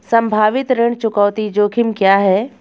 संभावित ऋण चुकौती जोखिम क्या हैं?